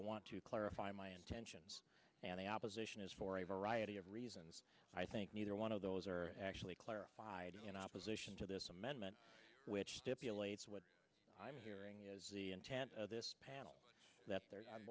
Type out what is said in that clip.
want to clarify my intentions and the opposition is for a variety of reasons i think neither one of those are actually clarified in opposition to this amendment which stipulates what i'm hearing is the intent of this panel that